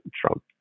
Trump